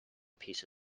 piece